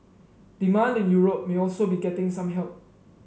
demand in Europe may also be getting some help